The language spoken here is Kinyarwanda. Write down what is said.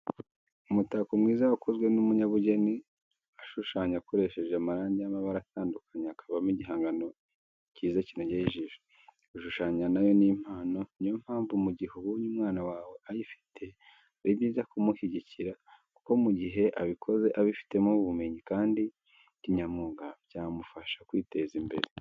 Umutako mwiza wakozwe n'umunyabugeni ashushanya akoresheje amarangi y'amabara atandukanye hakavamo igihangano cyiza kinogeye ijisho. Gushushanya na yo ni impano, ni yo mpamvu mu gihe ubonye unwana wawe ayifite ari byiza kumushyigikira kuko mu gihe abikoze abifitemo ubumenyi kandi kinyamwuga byamufasha kwiteza imbere.